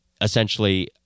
essentially